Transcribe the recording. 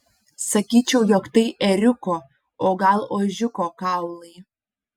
sakyčiau jog tai ėriuko o gal ožiuko kaulai